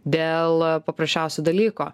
dėl paprasčiausio dalyko